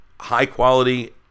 high-quality